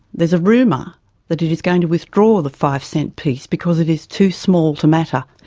there's a rumour that it is going to withdraw the five cent piece because it is too small to matter.